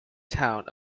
town